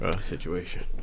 situation